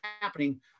happening